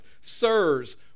sirs